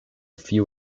few